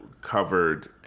covered